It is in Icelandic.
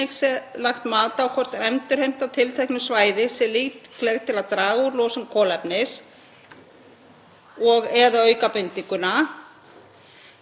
Þá er einnig mikilvægt, áður en farið er af stað í verkefni sem þetta, að meta hver séu líkleg áhrif á aðliggjandi landsvæði og mannvirki.